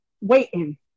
waiting